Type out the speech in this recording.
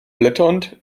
blätternd